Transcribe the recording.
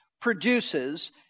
produces